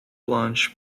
blanche